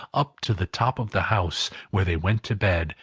up to the top of the house where they went to bed,